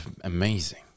amazing